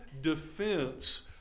defense